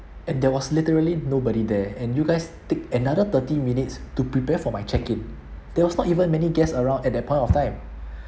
and there was literally nobody there and you guys take another thirty minutes to prepare for my check-in there was not even many guests around at that point of time